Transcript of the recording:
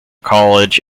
college